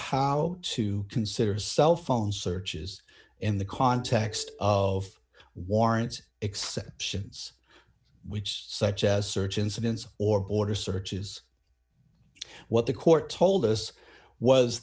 how to consider cell phone searches in the context of warrants exceptions which such as search incidents or border searches what the court told us was